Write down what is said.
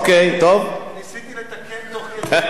נרשום את זה תיכף.